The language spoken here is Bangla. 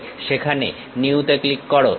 সেখানে নিউতে ক্লিক করো